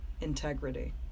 integrity